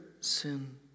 sin